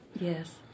Yes